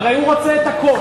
הרי הוא רוצה את הכול.